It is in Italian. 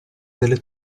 delle